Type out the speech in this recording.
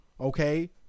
Okay